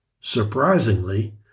Surprisingly